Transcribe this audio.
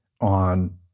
on